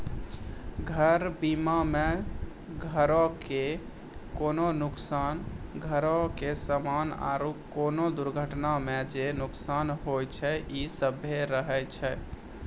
घर बीमा मे घरो के कोनो नुकसान, घरो के समानो आरु कोनो दुर्घटना मे जे नुकसान होय छै इ सभ्भे रहै छै